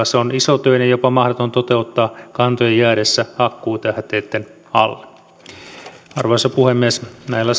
se on isotöinen ja jopa mahdoton toteuttaa kantojen jäädessä hakkuutähteitten alle arvoisa puhemies näillä